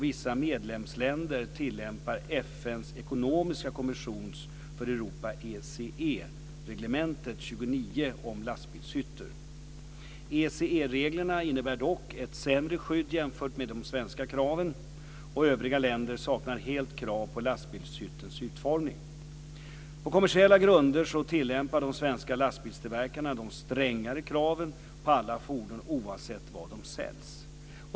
Vissa medlemsländer tillämpar FN:s ekonomiska kommissions för reglerna innebär dock ett sämre skydd jämfört med de svenska kraven. Övriga länder saknar helt krav på lastbilshyttens utformning. På kommersiella grunder tillämpar de svenska lastbilstillverkarna de strängare kraven på alla fordon oavsett var de säljs.